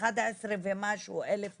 מעל ל-11,000 שקל.